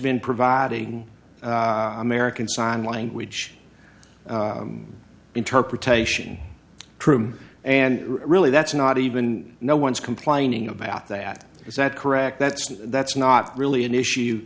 been providing american sign language interpretation true and really that's not even no one's complaining about that is that correct that's that's not really an issue